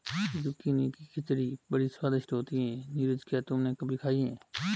Zucchini की खिचड़ी बड़ी स्वादिष्ट होती है नीरज क्या तुमने कभी खाई है?